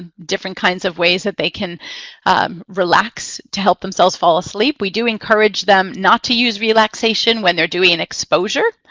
ah different kinds of ways that they can relax to help themselves themselves fall asleep. we do encourage them not to use relaxation when they're doing an exposure.